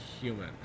human